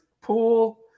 pool